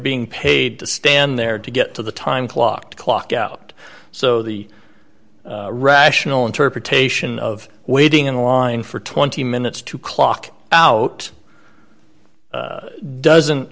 being paid to stand there to get to the time clock to clock out so the rational interpretation of waiting in line for twenty minutes to clock out doesn't